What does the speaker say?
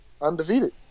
undefeated